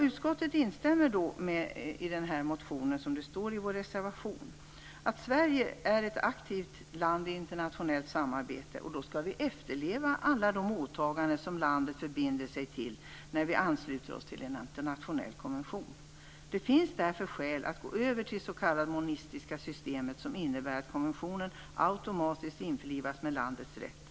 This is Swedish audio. Utskottet instämmer i motionen, vilket också står i reservationen. Sverige är ett aktivt land i internationellt samarbete. Vi skall därför efterleva alla de åtaganden som landet förbinder sig till när vi ansluter oss till en internationell konvention. Därför finns det skäl att gå över till det s.k. monistiska systemet, som innebär att konventionen automatiskt införlivas med landets rätt.